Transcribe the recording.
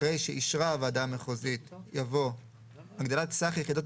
אחרי "שאישרה הוועדה המחוזית" יבוא "הגדלת סך יחידות